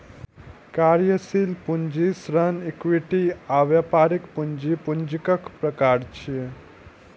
कार्यशील पूंजी, ऋण, इक्विटी आ व्यापारिक पूंजी पूंजीक प्रकार छियै